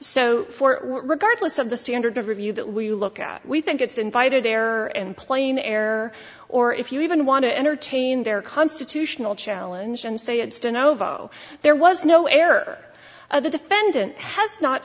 so regardless of the standard of review that we look at we think it's invited error and plain air or if you even want to entertain their constitutional challenge and say it's to novo there was no air of the defendant has not